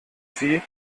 sie